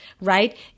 right